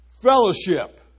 Fellowship